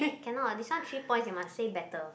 cannot this one three points you must say better